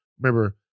Remember